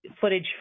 footage